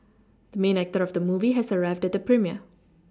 the main actor of the movie has arrived at the premiere